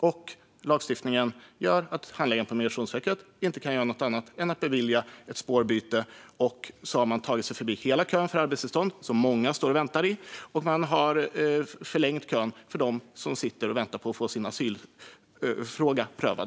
Och lagstiftningen gör att handläggarna på Migrationsverket inte kan göra någonting annat än att bevilja ett spårbyte. Då har dessa människor tagit sig förbi hela kön för arbetstillstånd som många står och väntar i och har förlängt kön för dem som sitter och väntar på att få sin asylansökan prövad.